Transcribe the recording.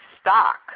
stock